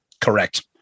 correct